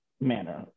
manner